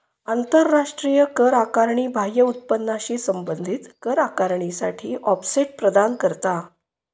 आंतराष्ट्रीय कर आकारणी बाह्य उत्पन्नाशी संबंधित कर आकारणीसाठी ऑफसेट प्रदान करता